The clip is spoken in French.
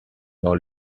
dans